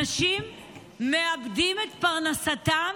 אנשים מאבדים את הפרנסה,